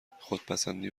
خودپسندی